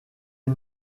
est